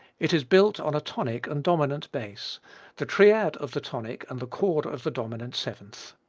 it is built on a tonic and dominant bass the triad of the tonic and the chord of the dominant seventh.